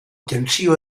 tentsio